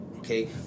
Okay